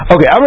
Okay